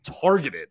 targeted